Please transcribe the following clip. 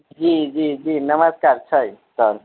जी जी जी नमस्कार छै सर